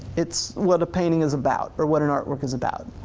it's what a painting is about or what an artwork is about.